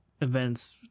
events